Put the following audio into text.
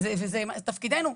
וזה תפקידנו,